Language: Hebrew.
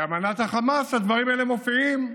באמנת החמאס הדברים האלה מופיעים.